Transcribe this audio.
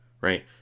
Right